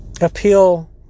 appeal